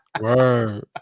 Word